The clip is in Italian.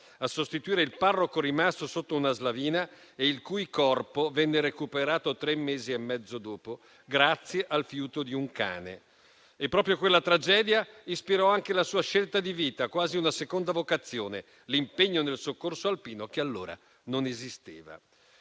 a sostituire il parroco rimasto sotto una slavina e il cui corpo venne recuperato tre mesi e mezzo dopo, grazie al fiuto di un cane. Proprio quella tragedia ispirò anche la sua scelta di vita, quasi una seconda vocazione: l'impegno nel soccorso alpino, che allora non esisteva.